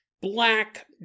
black